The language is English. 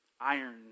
iron